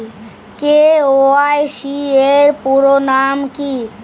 KYC এর পুরোনাম কী?